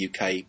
uk